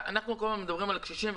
אנחנו כל הזמן מדברים על קשישים,